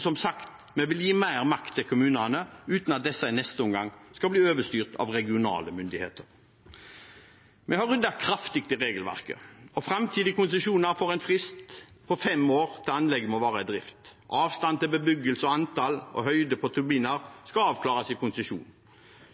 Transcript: Som sagt vil vi gi mer makt til kommunene, uten at disse i neste omgang skal bli overstyrt av regionale myndigheter. Vi har ryddet kraftig i regelverket. Framtidige konsesjoner får en frist på fem år til anlegg må være i drift. Avstand til bebyggelse, antall og høyde på turbiner skal avklares i konsesjon.